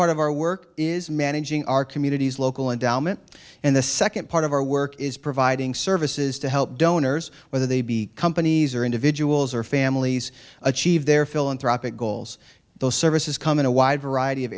part of our work is managing our communities local endowment and the second part of our work is providing services to help donors whether they be companies or individuals or families achieve their philanthropic goals those services come in a wide variety of